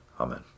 Amen